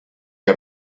que